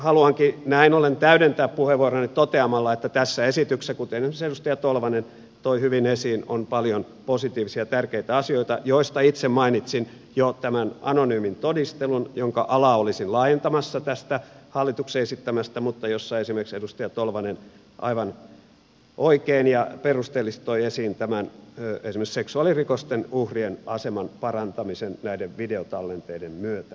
haluankin näin ollen täydentää puheenvuoroani toteamalla että tässä esityksessä kuten esimerkiksi edustaja tolvanen toi hyvin esiin on paljon positiivisia tärkeitä asioita joista itse mainitsin jo tämän anonyymin todistelun jonka alaa olisin laajentamassa tästä hallituksen esittämästä mutta josta esimerkiksi edustaja tolvanen aivan oikein ja perusteellisesti toi esiin esimerkiksi seksuaalirikosten uhrien aseman parantamisen näiden videotallenteiden myötä